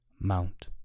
Mount